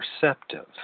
perceptive